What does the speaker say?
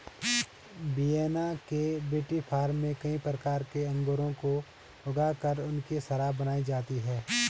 Vienna के विटीफार्म में कई प्रकार के अंगूरों को ऊगा कर उनकी शराब बनाई जाती है